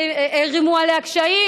הערימו עליה קשיים,